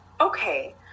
okay